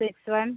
sic one